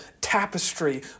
tapestry